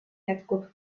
jätkub